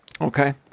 Okay